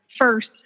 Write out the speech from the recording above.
first